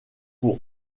pour